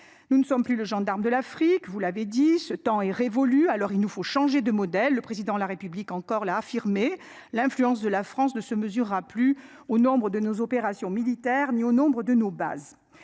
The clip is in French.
Nous ne sommes plus le gendarme de l'Afrique, vous l'avez dit, ce temps est révolu. Alors il nous faut changer de modèle. Le président de la République encore là, a affirmé l'influence de la France de se mesurera plus au nombre de nos opérations militaires ni aux nombres de nos bases